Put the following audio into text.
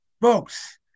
Folks